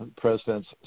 President's